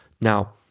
Now